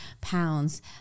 pounds